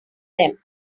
them